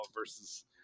versus